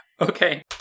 Okay